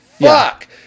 fuck